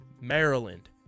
Maryland